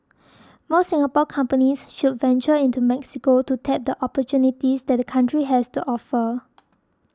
more Singapore companies should venture into Mexico to tap the opportunities that the country has to offer